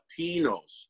Latinos